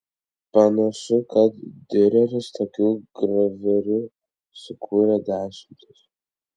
panašu kad diureris tokių graviūrų sukūrė dešimtis